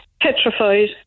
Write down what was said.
petrified